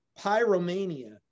pyromania